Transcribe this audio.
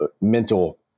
mental